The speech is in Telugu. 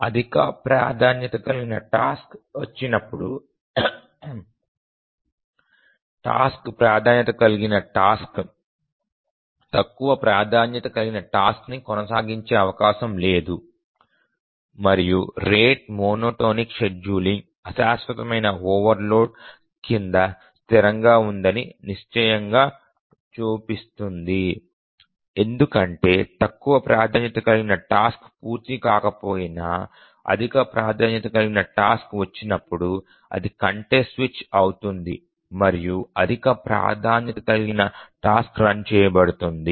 అధిక ప్రాధాన్యత కలిగిన టాస్క్ వచ్చినప్పుడు తక్కువ ప్రాధాన్యత కలిగిన టాస్క్ ని కొనసాగించే అవకాశం లేదు మరియు రేటు మోనోటోనిక్ షెడ్యూలింగ్ అశాశ్వతమైన ఓవర్లోడ్ కింద స్థిరంగా ఉందని నిశ్చయంగా చూపిస్తుంది ఎందుకంటే తక్కువ ప్రాధాన్యత కలిగిన టాస్క్ పూర్తి కాకపోయినా అధిక ప్రాధాన్యత కలిగిన టాస్క్ వచ్చినప్పుడు అది కాంటెక్స్ట్ స్విచ్ అవుతుంది మరియు అధిక ప్రాధాన్యత కలిగిన టాస్క్ రన్ చేయబదుతుంది